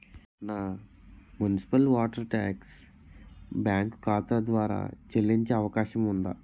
నా municipal water tax bank ఖాతా ద్వారా చెల్లించే అవకాశం ఉందా?